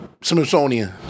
Smithsonian